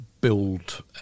build